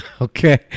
Okay